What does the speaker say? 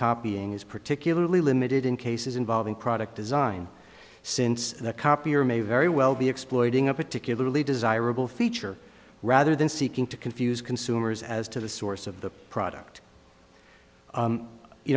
copying is particularly limited in cases involving product design since the copier may very well be exploiting a particularly desirable feature rather than seeking to confuse consumers as to the source of the product